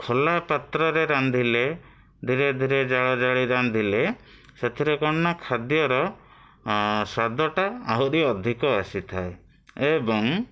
ଖୋଲା ପାତ୍ରରେ ରାନ୍ଧିଲେ ଧୀରେ ଧୀରେ ଜାଳ ଜାଳି ରାନ୍ଧିଲେ ସେଥିରେ କ'ଣ ନା ଖାଦ୍ୟର ସ୍ଵାଦଟା ଆହୁରି ଅଧିକ ଆସିଥାଏ